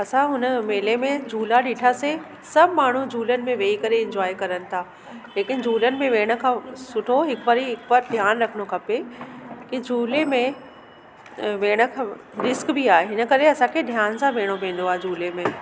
असां हुन मेले में झूला ॾिठासीं सभु माण्हू झूलनि में वेही करे इंजॉय कनि था लेकिन झूलनि में वेहण सुठो हिकु वारी पर ध्यानु रखणु खपे की झूले में वेहण खां रिक्स बि आहे हिन करे असांखे ध्यानु सां वेहिणो पवंदो आहे झूले में